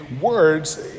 words